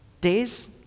Days